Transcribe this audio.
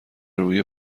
روی